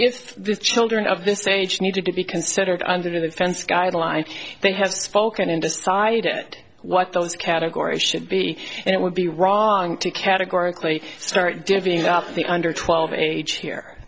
if these children of this age need to be considered under the fence guidelines they have spoken in decided what those categories should be and it would be wrong to categorically start giving nothing under twelve age here